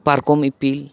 ᱯᱟᱨᱠᱚᱢ ᱤᱯᱤᱞ